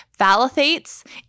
Phthalates